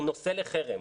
הוא נושא לחרם.